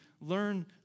learn